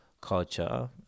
culture